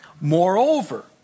Moreover